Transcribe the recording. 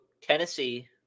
Tennessee